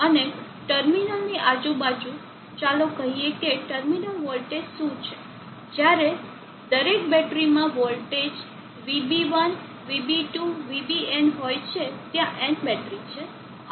અને ટર્મિનલની આજુ બાજુ ચાલો કહીએ કે ટર્મિનલ વોલ્ટેજ શું છે જ્યારે દરેક બેટરીમાં વોલ્ટેજ VB1 VB2 VBn હોય છે ત્યાં n બેટરી છે